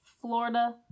Florida